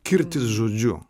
kirtis žodžiu